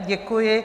Děkuji.